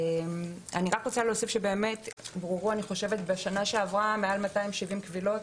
אני רק רוצה להוסיף שבאמת הובררו בשנה שעברה מעל 270 קבילות.